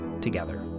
together